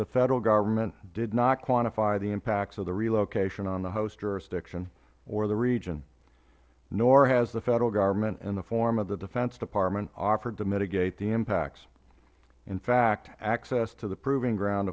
the federal government did not quantify the impacts of the relocation on the host jurisdiction or the region nor has the federal government in the form of the defense department offer to mitigate the impacts in fact access to the proving ground